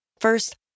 First